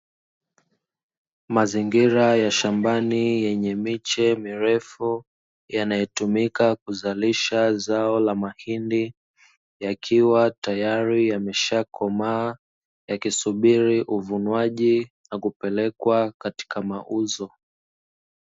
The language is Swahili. Mazingira ya shambani, yenye miche mirefu yanayotumika kuzalisha zao la mahindi yakiwa tayari yameshakomaa yakisubiri uvunwaji na kupelekwa katika mauzo.